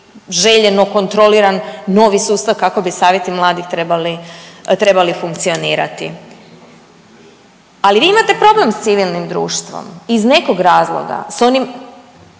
željeno kontroliran novi sustav kako bi savjeti mladih trebali funkcionirati. Ali vi imate problem s civilnim društvom iz nekog razloga, s onim,